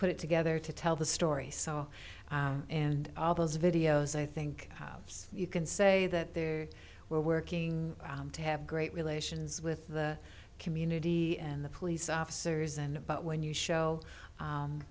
put it together to tell the story saw and all those videos i think halves you can say that they were working to have great relations with the community and the police officers and but when you show